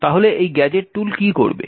তাহলে এই gadget tool কি করবে